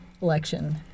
election